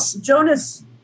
Jonas